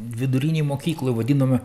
vidurinėj mokykloj vadinome